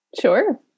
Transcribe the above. Sure